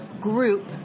group